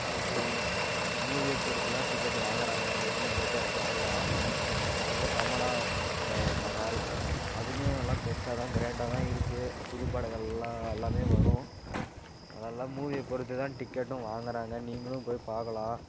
உங்களுக்கு மூவியை பொறுத்து தான் டிக்கெட் வாங்கறாங்க நீங்களும் போயிட்டு அதை பார்க்கலாம் அதுக்கு அப்புறம் கமலா தியே மஹால் அதுலேயும் நல்லா பெருசாக தான் க்ரேண்டாக தான் இருக்குது புது படங்கள்லாம் எல்லாமே வரும் அதெல்லாம் மூவியை பொறுத்து தான் டிக்கெட்டும் வாங்கறாங்க நீங்களும் போய் பார்க்கலாம்